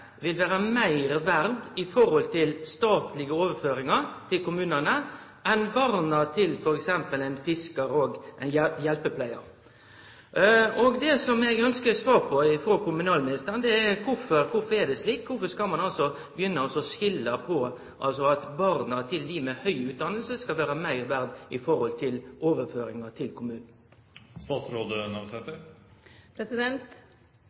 vil vere meir verde i forhold til statlege overføringar til kommunane enn barna til t.d. ein fiskar og ein hjelpepleiar. Det eg ønskjer svar på frå kommunalministeren, er kvifor det er slik. Kvifor skal barna til dei med høg utdanning vere meir verde når det gjeld overføringar til kommunen? Til grunn for delkostnadsnøklane for barnehagane ligg dei statistiske modellane som best forklarar variasjonar i utgifter mellom kommunane i